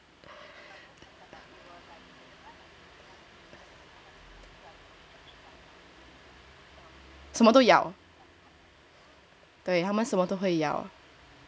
对他们什么会咬